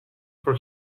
for